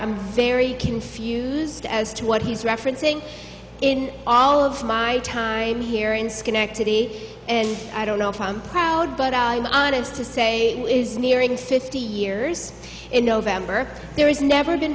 i'm very confused as to what he's referencing in all of my time here in schenectady and i don't know if i'm proud but i was honest to say it is nearing fifty years in november there is never been